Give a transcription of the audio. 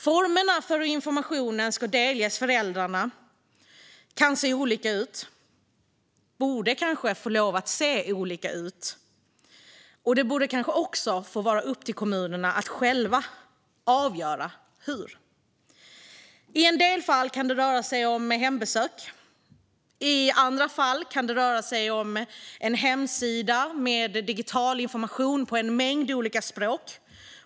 Formerna för hur informationen ska delges föräldrarna kan se olika ut, och de borde kanske få lov att se olika ut. Det borde kanske vara upp till kommunerna att själva avgöra hur de ska se ut. I en del fall kan det röra sig om hembesök. I andra fall kan det röra sig om en hemsida med digital information på en mängd olika språk.